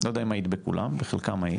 לא יודעת אם היית בכולם, בחלקם היית.